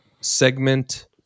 segment